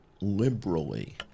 liberally